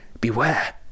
beware